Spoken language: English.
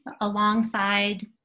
alongside